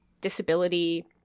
disability